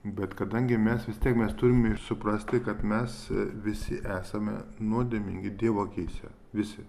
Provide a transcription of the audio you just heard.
bet kadangi mes vis tiek mes turim ir suprasti kad mes visi esame nuodėmingi dievo akyse visi